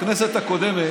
בכנסת הקודמת